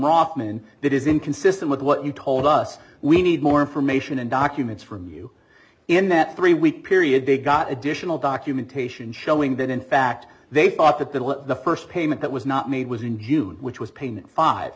roffman that is inconsistent with what you told us we need more information and documents from you in that three week period big got additional documentation showing that in fact they thought that that the first payment that was not made was in june which was painted five